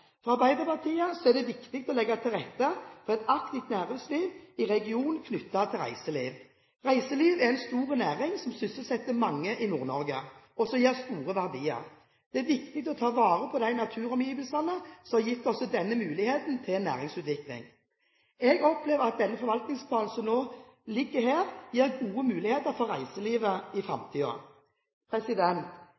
For Arbeiderpartiet er det viktig å legge til rette for et aktivt næringsliv i regionen, knyttet til reiseliv. Reiseliv er en stor næring som sysselsetter mange i Nord-Norge, og som gir store verdier. Det er viktig å ta vare på de naturomgivelsene som har gitt oss denne muligheten til næringsutvikling. Jeg opplever at den forvaltningsplanen som nå ligger her, gir gode muligheter for reiselivet i